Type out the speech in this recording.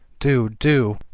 do! do!